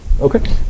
Okay